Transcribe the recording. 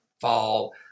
fall